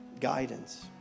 guidance